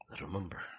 Remember